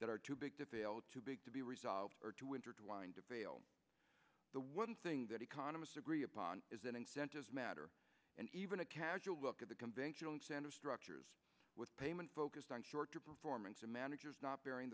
that are too big to fail too big to be resolved or too intertwined to fail the one thing that economists agree upon is that incentives matter and even a casual look at the convention center structures with payment focused on short to performance and managers not bearing